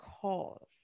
cause